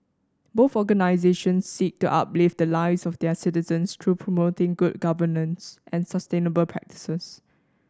both organisations seek to uplift the lives of their citizens through promoting good governance and sustainable practices